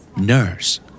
nurse